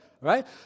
right